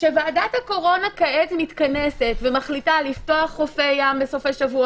כשוועדת הקורונה כעת מתכנסת ומחליטה לפתוח חופי ים בסופי שבוע,